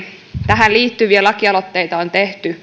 tähän liittyviä lakialoitteita on tehty